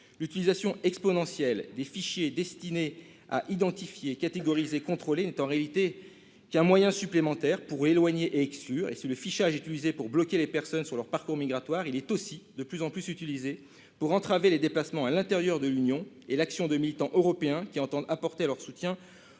L'utilisation exponentielle des fichiers destinés à identifier, catégoriser, contrôler n'est en réalité qu'un moyen supplémentaire pour éloigner et exclure. Si le fichage est utilisé pour bloquer les personnes sur leur parcours migratoire, il est aussi de plus en plus utilisé pour entraver les déplacements à l'intérieur de l'Union et l'action de militants européens qui entendent apporter leur soutien